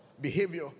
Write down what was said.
Behavior